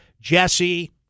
Jesse